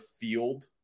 field